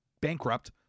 bankrupt